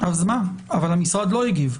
אז מה, המשרד לא הגיב.